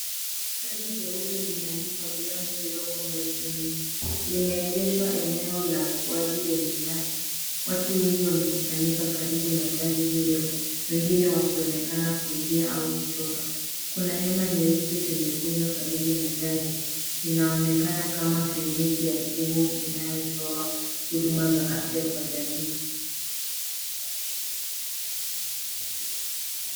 Gari jeupe limeandikwa beyond zero mobile clinic. Limeegeshwa eneo la wazi lenye nyasi. Watu wengi wamekusanyika karibu na gari hilo. Wengine wakionekana kuingia au kutoka. Kuna hema nyeupe limekunjwa karibu na gari. Linaonekana kama kliniki ya simu inayotoa huduma za afya kwa jamii.